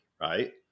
right